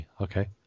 okay